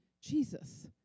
Jesus